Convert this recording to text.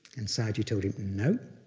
and sayagyi told him no.